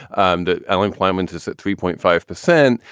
um that and employment is at three point five percent.